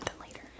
later